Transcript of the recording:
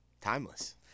timeless